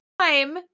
Time